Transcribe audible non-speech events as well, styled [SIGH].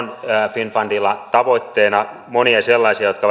finnfundillahan on tavoitteina monia sellaisia jotka [UNINTELLIGIBLE]